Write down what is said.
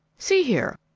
see here,